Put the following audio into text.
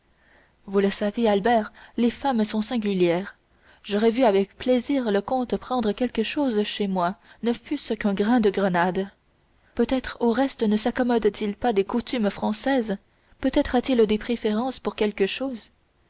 vous le savez albert les femmes sont singulières j'aurais vu avec plaisir le comte prendre quelque chose chez moi ne fût-ce qu'un grain de grenade peut-être au reste ne saccommode t il pas des coutumes françaises peut-être a-t-il des préférences pour quelque chose